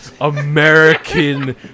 American